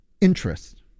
interest